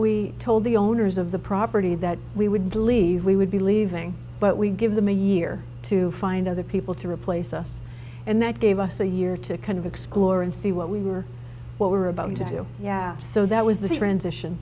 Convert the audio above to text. we told the owners of the property that we would leave we would be leaving but we give them a year to find other people to replace us and that gave us a year to kind of explore and see what we were what we were about to do yeah so that was the transition